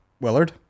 willard